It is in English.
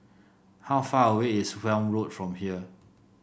how far away is Welm Road from here